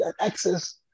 access